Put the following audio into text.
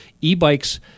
e-bikes